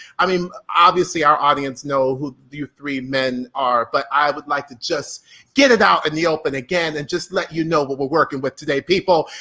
i mean, obviously our audience know who you three men are, but i would like to just get it out in the open, again and just let you know what we're working with today people.